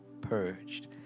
purged